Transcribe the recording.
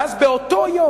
ואז באותו יום,